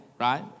right